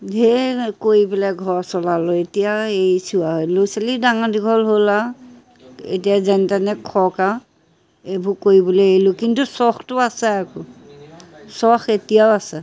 ঢেৰ কৰি পেলাই ঘৰ চলালোঁ এতিয়া আৰু এৰিছোঁ আৰু ল'ৰা ছোৱালীও ডাঙৰ দীঘল হ'ল আৰু এতিয়া যেন তেনে খাওক আৰু এইবোৰ কৰিবলৈ আহিলোঁ কিন্তু চখটো আছে আকৌ চখ এতিয়াও আছে